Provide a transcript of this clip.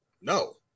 no